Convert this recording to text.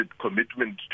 commitment